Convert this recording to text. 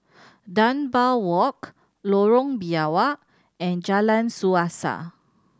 Dunbar Walk Lorong Biawak and Jalan Suasa